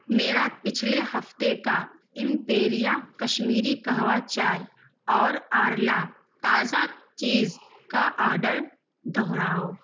میرا پچھلے ہفتے کا ایمپیریا کشمیری قہوہ چائے اور آرلا تازہ چیز کا آرڈر دہراؤ